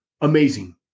amazing